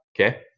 Okay